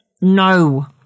No